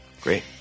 Great